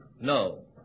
No